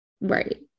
Right